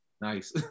Nice